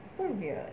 so weird